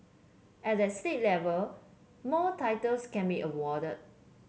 at the state level more titles can be awarded